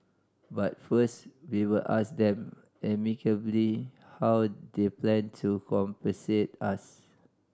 but first we will ask them amicably how they plan to compensate us